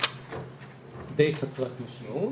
די חסרת משמעות.